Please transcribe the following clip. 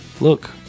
Look